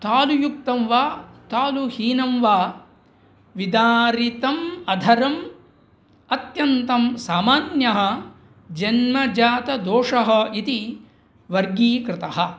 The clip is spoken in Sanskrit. तालुयुक्तं वा तालुहीनं वा विदारितम् अधरम् अत्यन्तं सामान्यः जन्मजातदोषः इति वर्गीकृतः